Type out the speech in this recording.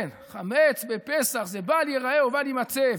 כן, חמץ בפסח זה "בל ייראה ובל יימצא".